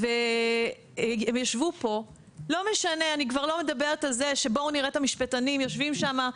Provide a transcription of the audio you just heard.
אני לא כבר לא מדברת על זה שבואו נראה את המשפטנים יושבים שם.